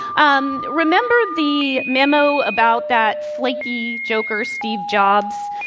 um remember the memo about that flaky joker steve jobs?